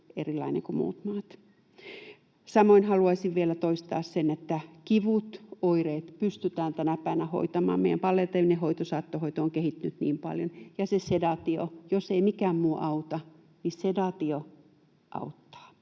erilainen kuin muut maat? Samoin haluaisin vielä toistaa sen, että kivut, oireet pystytään tänä päivänä hoitamaan, meidän palliatiivinen hoito, saattohoito on kehittynyt niin paljon. Ja se sedaatio — jos ei mikään muu auta, niin sedaatio auttaa.